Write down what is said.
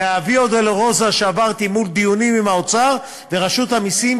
מהוויה-דולורוזה שעברתי מול דיונים עם האוצר ורשות המסים,